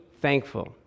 thankful